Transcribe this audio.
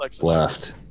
left